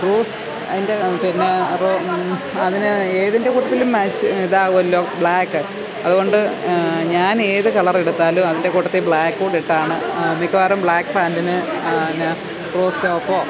rose അതിൻ്റെ പിന്നെ റോ അതിന് എതിൻ്റെ കൂട്ടത്തിലും മാച്ച് ഇതാവുമല്ലോ ബ്ലാക്ക് അതുകൊണ്ട് ഞാൻ ഏത് കളർ എടുത്താലും അതിൻ്റെ കൂട്ടത്തിൽ ബ്ലാക്കും കൂടെ ഇട്ടാണ് മിക്കവാറും ബ്ലാക്ക് പാൻറിന് ഞാൻ റോസ് ടോപ്പോ